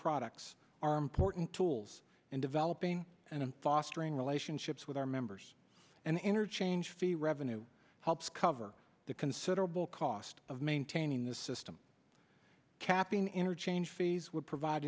products are important tools in developing and fostering relationships with our members and interchange fee revenue helps cover the considerable cost of maintaining the system capping interchange fees would provide